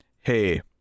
hey